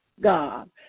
God